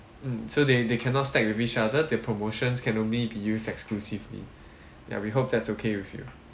mm so they they cannot stack with each other their promotions can only be used exclusively ya we hope that's okay with you